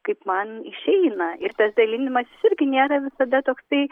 kaip man išeina ir tas dalinimasis irgi nėra visada toksai